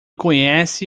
conhece